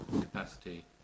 capacity